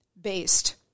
Based